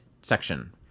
section